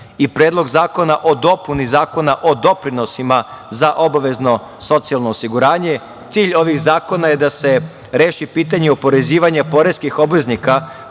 i Predlog zakona o dopuni Zakona o doprinosima za obavezno socijalno osiguranje. Cilj ovih zakona je da se reši pitanje oporezivanje poreskih obveznika